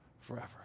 forever